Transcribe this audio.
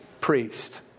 priest